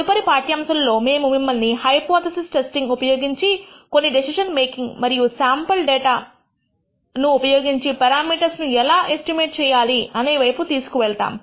తదుపరి పాఠ్యాంశము లో మేము మిమ్మల్ని హైపోథిసిస్ టెస్టింగ్ ఉపయోగించి కొన్ని డెసిషన్ మేకింగ్ మరియు శాంపుల్ డేటా ను ఉపయోగించి పెరామీటర్స్ ను ఎలా ఎస్టిమేషన్ చేయాలి అనే వైపు తీసుకువెళతాము